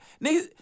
nigga